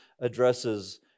addresses